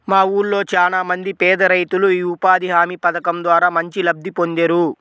మా ఊళ్ళో చానా మంది పేదరైతులు యీ ఉపాధి హామీ పథకం ద్వారా మంచి లబ్ధి పొందేరు